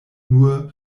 nur